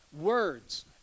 Words